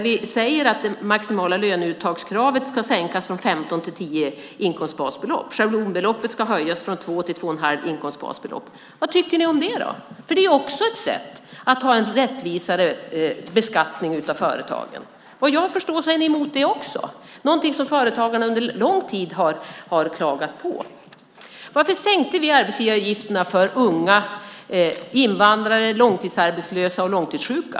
Vi säger att det maximala löneuttagskravet ska sänkas från 15 till 10 inkomstbasbelopp. Schablonbeloppet ska höjas från 2 till 2 1⁄2 inkomstbasbelopp. Vad tycker ni om det då? Det är också ett sätt att ha en rättvisare beskattning av företagen. Vad jag förstår är ni emot det också, någonting som företagarna under lång tid har klagat på. Varför sänkte vi arbetsgivaravgifterna för unga, invandrare, långtidsarbetslösa och långtidssjuka?